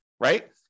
right